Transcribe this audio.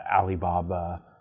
Alibaba